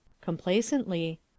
Complacently